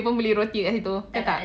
dia pun beli roti kat situ